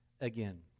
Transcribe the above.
again